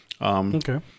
Okay